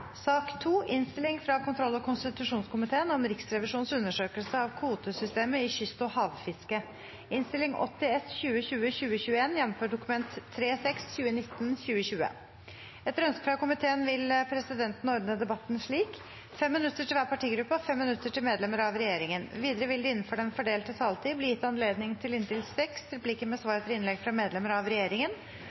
konstitusjonskomiteen vil presidenten ordne debatten slik: 5 minutter til hver partigruppe og 5 minutter til medlemmer av regjeringen. Videre vil det – innenfor den fordelte taletid – bli gitt anledning til inntil seks replikker med svar etter innlegg fra medlemmer av regjeringen,